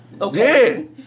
Okay